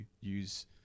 use